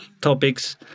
topics